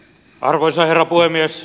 arvoisa herra puhemies